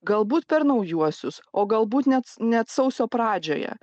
galbūt per naujuosius o galbūt net net sausio pradžioje